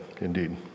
indeed